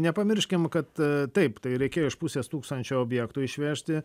nepamirškim kad taip tai reikėjo iš pusės tūkstančio objektų išvežti